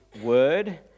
word